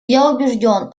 убежден